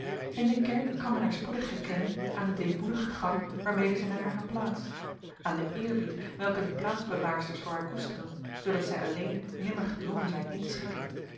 in de kerk kan men haar spoedig herkennen aan den deemoedigen gang waarmede zij naar hare plaats aan den eerbied welken de plaatsbewaarsters voor haar koesteren zoodat zij alleen nimmer gedwongen zijn in te schikken